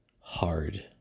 hard